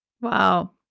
Wow